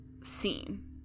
scene